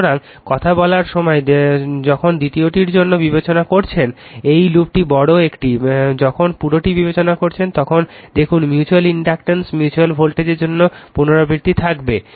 সুতরাং কথা বলার সময় যখন দ্বিতীয়টির জন্য বিবেচনা করছেন এই লুপটি বড় একটি যখন পুরোটি বিবেচনা করছেন তখন দেখুন মিউচুয়াল ইনডিউস মিউচুয়াল ভোল্টেজের জন্য পুনরাবৃত্তি থাকবে